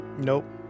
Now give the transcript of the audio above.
nope